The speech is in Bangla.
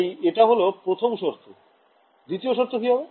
তাই এটা হল প্রথম শর্ত দ্বিতীয় শর্ত কি হবে